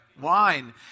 Wine